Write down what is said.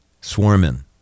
swarming